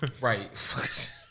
Right